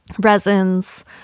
resins